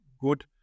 good